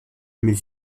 mais